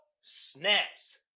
snaps